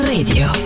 Radio